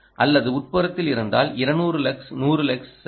அல்லது உட்புறத்தில் இருந்தால் 200 லக்ஸ் 100 லக்ஸ் சரியா